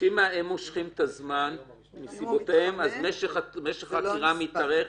שאם הם מושכים את הזמן מסיבותיהם אז משך החקירה מתארך,